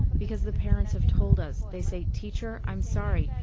because the parents have told us. they say, teacher, i'm sorry,